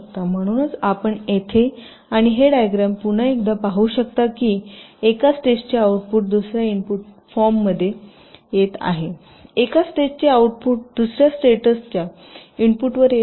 म्हणूनच आपण येथे आणि हे डायग्रॅम पुन्हा एकदा पाहू शकता की एका स्टेजचे आउटपुट दुसर्या इनपुटच्या फॉर्म मध्ये येत आहे एका स्टेजचे आउटपुट दुसर्या स्टेटसच्या इनपुटवर येत आहे